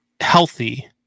healthy